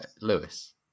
Lewis